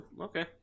Okay